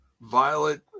Violet